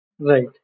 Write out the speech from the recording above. Right